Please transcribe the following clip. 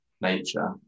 nature